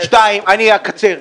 שתיים אני אקצר,